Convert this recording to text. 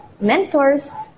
mentors